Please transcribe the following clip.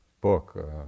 book